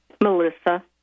Melissa